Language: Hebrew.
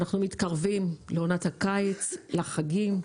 גם שאנחנו מתקרבים לעונת הקיץ ולחגים.